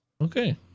Okay